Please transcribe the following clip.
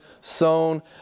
sown